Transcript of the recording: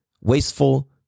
wasteful